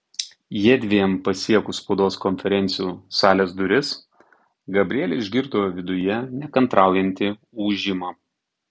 jiedviem pasiekus spaudos konferencijų salės duris gabrielė išgirdo viduje nekantraujantį ūžimą